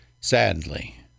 Sadly